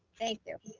thank you.